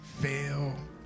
fail